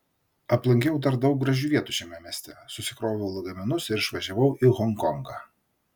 aplankiau dar daug gražių vietų šiame mieste susikroviau lagaminus ir išvažiavau į honkongą